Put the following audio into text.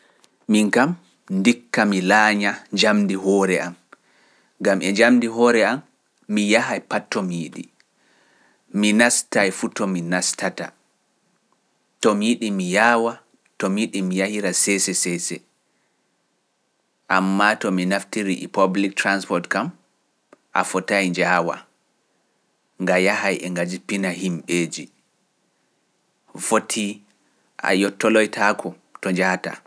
Miin kam ndikka mi laaña njamndi hoore am, ngam e njamndi hoore am mi yahay pat to mi yiɗi, mi nastaay fuu to mi nastata, to mi yiɗi mi yaawa, to mi yidi mi yahira seese-seese, ammaa to mi naftira public transport kam, a fotaayi njaawaa nga yahay e nga jippina himɓeeji, fotii a yettolowtaako to njahataa